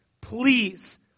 please